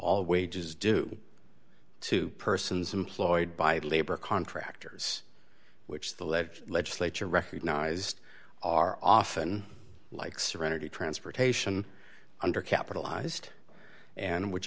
all wages due to persons employed by labor contractors which the lead legislature recognized are often like serenity transportation under capitalized and which